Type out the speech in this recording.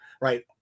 right